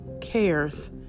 cares